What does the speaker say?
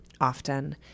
often